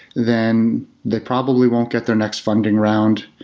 then they probably won't get their next funding round,